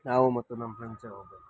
ನಾವು ಮತ್ತು ನಮ್ಮ ಫ್ರೆಂಡ್ಸೆ ಹೋಗ್ಬೇಕು